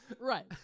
Right